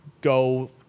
go